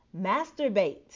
masturbate